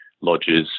lodges